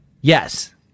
Yes